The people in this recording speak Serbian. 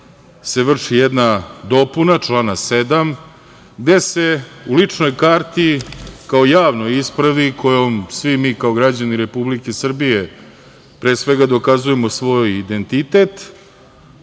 se vrši jedna dopuna člana 7. gde se u ličnoj karti kao javnoj ispravi, kojom svi mi kao građani Republike Srbije, pre svega, dokazujemo svoj identitet,